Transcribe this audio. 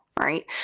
right